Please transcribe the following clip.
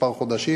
מספר חודשים.